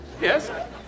Yes